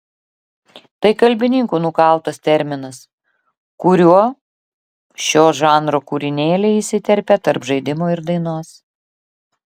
tai kalbininkų nukaltas terminas kuriuo šio žanro kūrinėliai įsiterpia tarp žaidimo ir dainos